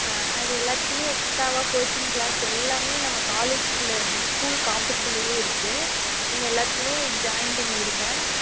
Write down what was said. அது எல்லாத்துக்குமே எக்ஸ்ட்ராவாக கோச்சிங் க்ளாஸ் எல்லாமே நம்ம காலேஜிக்குள்ளேருந்து ஸ்கூல் காம்பஸ்குள்ளேயே இருக்குது இங்கே எல்லாத்துக்குமே ஜாய்ன் பண்ணி விடுங்க